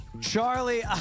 Charlie